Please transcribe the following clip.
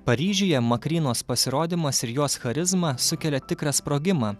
paryžiuje makrynos pasirodymas ir jos charizma sukelia tikrą sprogimą